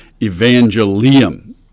evangelium